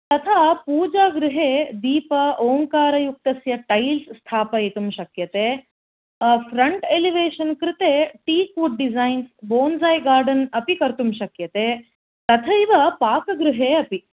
तथा पूजागृहे दीप ओम्काररयुक्तस्य टैल्स् स्थापयितुं शक्यते फ्रंट् एलिवेशन् कृते teak wood design bonsai garden अपि कर्तुं शक्यते तथैव पाकगृहे अपि